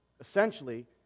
Essentially